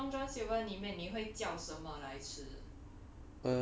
so 在 Long John Silver 里面你会叫什么来吃